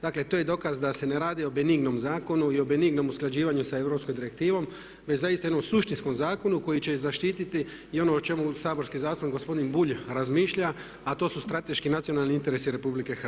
Dakle, to je dokaz da se ne radi o benignom zakonu i o benignom usklađivanju sa Europskom direktivom, već zaista o jednom suštinskom zakonu koji će zaštiti i ono o čemu saborski zastupnik gospodin Bulj razmišlja a to su strateški nacionalni interesi RH.